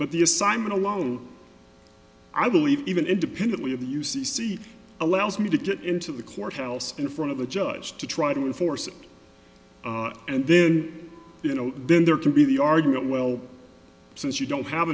but the assignment alone i believe even independently of the u c c allows me to get into the courthouse in front of the judge to try to enforce it and then you know then there can be the argument well since you don't have